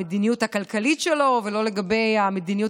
המדיניות הכלכלית שלו ולא לגבי המדיניות